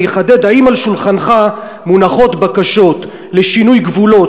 אני אחדד: האם על שולחנך מונחות בקשות לשינוי גבולות